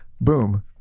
boom